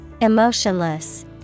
Emotionless